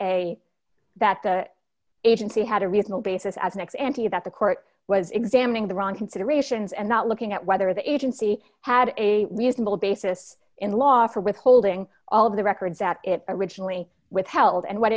a that the agency had a reasonable basis as an ex ante that the court was examining the wrong considerations and not looking at whether the agency had a reasonable basis in law for withholding all of the records that it originally withheld and what